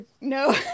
no